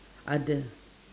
are the